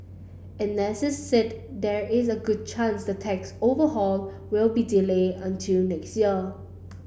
analysts said there is a good chance the tax overhaul will be delayed until next year